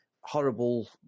horrible